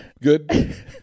good